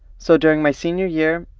so during my senior year,